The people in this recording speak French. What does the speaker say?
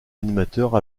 animateur